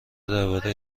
درباره